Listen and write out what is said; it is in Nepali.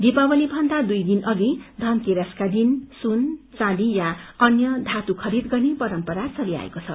दिपावलीमन्दा दई दिन अषि धनतेरसक्वा दिन सुन चौंदी या अन्य धातु खरीद गर्ने परम्परा चलिआएको छ